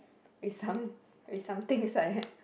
it's some it's something it's like